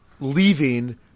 leaving